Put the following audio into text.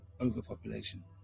overpopulation